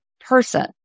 person